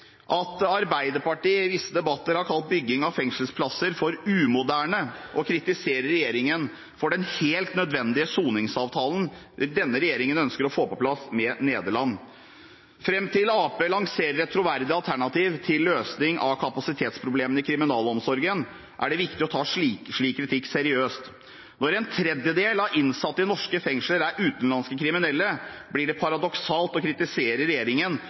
at Arbeiderpartiet i visse debatter har kalt byggingen av fengselsplasser umoderne, og at de kritiserer regjeringen for den helt nødvendige soningsavtalen som denne regjeringen ønsker å få på plass med Nederland. Fram til Arbeiderpartiet lanserer et troverdig alternativ til en løsning på kapasitetsproblemene i kriminalomsorgen, er det vanskelig å ta slik kritikk seriøst. Når en tredjedel av innsatte i norske fengsler er utenlandske kriminelle, blir det paradoksalt å kritisere regjeringen